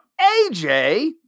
AJ